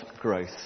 growth